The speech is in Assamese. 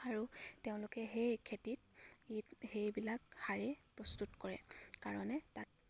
আৰু তেওঁলোকে সেই খেতিত সে সেইবিলাক সাৰেই প্ৰস্তুত কৰে কাৰণে তাত